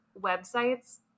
websites